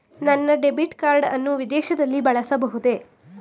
ನನ್ನ debit card ಅನ್ನು ವಿದೇಶದಲ್ಲಿ ಬಳಸಬಹುದೇ?